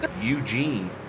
Eugene